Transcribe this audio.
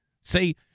See